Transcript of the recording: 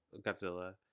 Godzilla